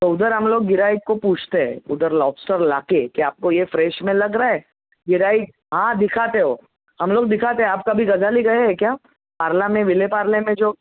तो उधर हम लोग गिऱ्हाईक को पूछते है उधर लॉबस्टर लाके की आपको ये फ्रेश मे लग रहा है गिऱ्हाईक हां दिखाते हो हम लोग दिखाते आप कभी गजाली गये है क्या पार्ला मे विलेपार्ले मे जो